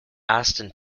aston